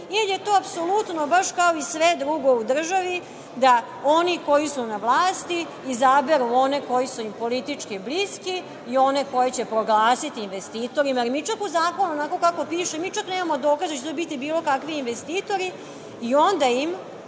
je to apsolutno, kao i sve drugo u državi da oni koji su na vlasti izaberu one koji su im politički bliski i one koje će proglasiti investitorima. Mi čak u zakonu onako kako piše nemamo čak ni dokaze da će to biti bilo kakvi investitori i onda im,